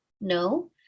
no